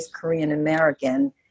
Korean-American